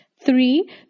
Three